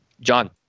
John